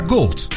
Gold